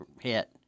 hit